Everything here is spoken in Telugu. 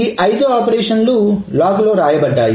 ఈ ఐదు ఆపరేషన్లు లాగ్ లో రాయబడ్డాయి